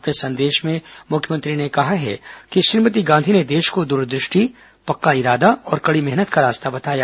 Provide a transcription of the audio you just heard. अपने संदेश में मुख्यमंत्री ने कहा कि श्रीमती गांधी ने देश को दूर दृष्टि पक्का इरादा और कड़ी मेहनत का रास्ता बताया